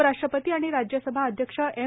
उपराष्ट्रपती आणि राज्यसभा अध्यक्ष एम